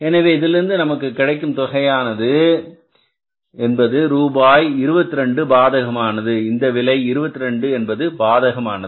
எனவே இதிலிருந்து நமக்கு கிடைக்கும் தொகையானது 6868 கழித்தல் 6890 என்பது ரூபாய் 22 பாதகமானது இந்த விலை 22 என்பது பாதகமானது